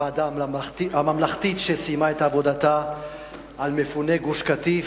לוועדה הממלכתית שסיימה את עבודתה בנושא מפוני גוש-קטיף,